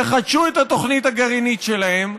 יחדשו את התוכנית הגרעינית שלהם,